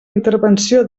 intervenció